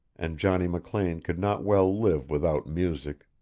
and johnny mclean could not well live without music.